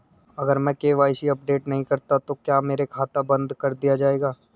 अगर मैं KYC update नहीं करता तो क्या मेरा खाता बंद कर दिया जाएगा?